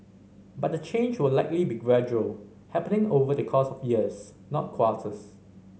but the change will likely be gradual happening over the course of years not quarters